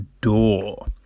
Door